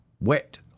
wet